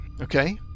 Okay